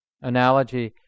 analogy